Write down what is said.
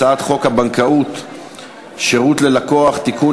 הצעת חוק הבנקאות (שירות ללקוח) (תיקון,